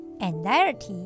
anxiety